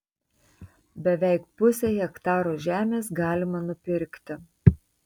beveik pusę hektaro žemės galima nupirkti